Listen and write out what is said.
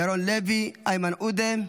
ירון לוי, איימן עודה,